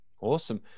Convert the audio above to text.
Awesome